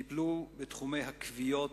טיפלו בתחומי הכוויות,